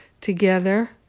together